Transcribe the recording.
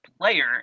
player